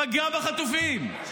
פגע בחטופים,